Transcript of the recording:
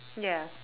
ya